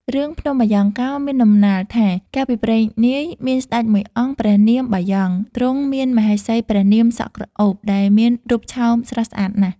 រឿងភ្នំបាយ៉ង់កោមានដំណាលថា កាលពីព្រេងនាយ មានស្តេចមួយអង្គព្រះនាមបាយ៉ង់ ទ្រង់មានមហេសីព្រះនាមសក់ក្រអូប ដែលមានរូបឆោមស្រស់ស្អាតណាស់។